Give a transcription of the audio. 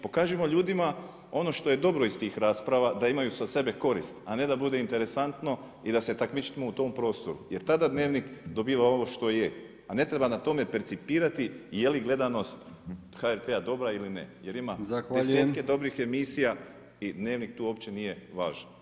Pokažimo ljudi što je dobro iz tih rasprava da imaju za sebe korist, a ne da bude interesantno i da se takmičimo u tom prostoru, jer tada Dnevnik dobiva ovo što je, a ne treba na tome percipirati je li gledanost HRT-a dobra ili ne jer ima 10-tke dobrih emisija i Dnevnik tu uopće nije važan.